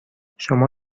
شما